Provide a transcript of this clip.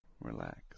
Relax